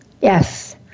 Yes